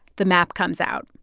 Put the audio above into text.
the map comes out.